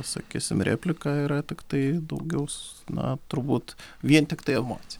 sakysime replika yra tiktai daugiaus na turbūt vien tiktai emoci